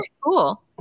cool